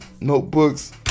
notebooks